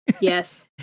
Yes